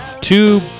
Two